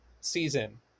season